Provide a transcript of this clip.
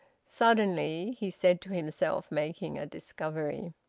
suddenly he said to himself making a discovery